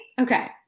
Okay